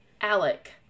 Alec